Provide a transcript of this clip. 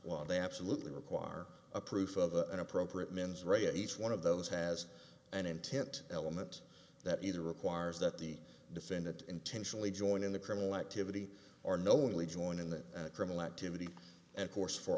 while they absolutely require a proof of an appropriate mens rea each one of those has an intent element that either requires that the defendant intentionally join in the criminal activity or knowingly join in the criminal activity and course for